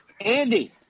Andy